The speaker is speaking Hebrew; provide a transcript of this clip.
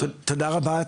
תודה רבה.